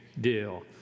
deal